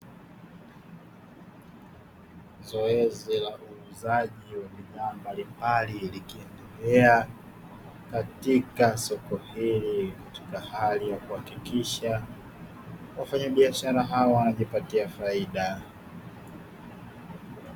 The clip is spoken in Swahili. Zoezi la uuzaji wa bidhaa mbalimbali, likiendelea katika soko hili katika hali ya kuhakikisha wafanyabiashara hawa wanajipatia faida.